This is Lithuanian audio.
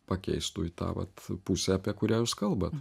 pakeistų į tą vat pusę apie kurią jūs kalbat